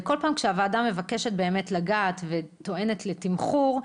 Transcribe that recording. כל פעם כשהוועדה מבקשת באמת לגעת וטוענת לתמחור,